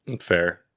Fair